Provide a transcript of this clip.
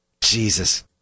Jesus